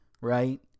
right